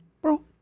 Bro